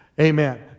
Amen